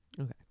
Okay